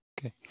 Okay